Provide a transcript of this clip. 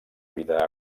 vida